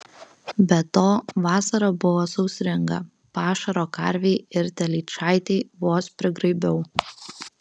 be to vasara buvo sausringa pašaro karvei ir telyčaitei vos prigraibiau